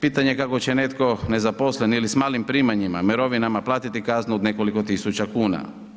Pitanje kako će netko nezaposlen ili s malim primanjima, mirovinama, platiti kaznu od nekoliko tisuća kuna.